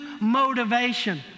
motivation